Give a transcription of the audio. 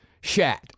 shat